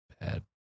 bad